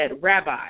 Rabbi